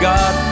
God